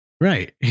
right